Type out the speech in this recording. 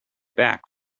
back